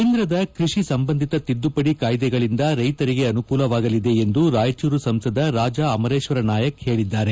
ಕೇಂದ್ರದ ಕೃಷಿ ಸಂಬಂಧಿತ ತಿದ್ಲುಪಡಿ ಕಾಯ್ಲೆಗಳಿಂದ ರೈತರಿಗೆ ಅನುಕೂಲವಾಗಲಿದೆ ಎಂದು ರಾಯಚೂರು ಸಂಸದ ರಾಜಾ ಅಮರೇಶ್ನರ್ ನಾಯಕ್ ಹೇಳಿದ್ದಾರೆ